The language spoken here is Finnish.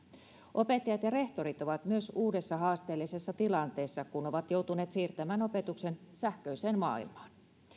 opettajat ja rehtorit ovat myös uudessa haasteellisessa tilanteessa kun ovat joutuneet siirtämään opetuksen sähköiseen maailmaan